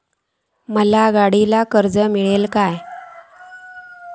माका गाडीचा कर्ज मिळात काय?